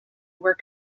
were